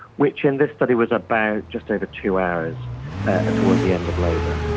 which in this study was about just over two hours ah towards the end of labour.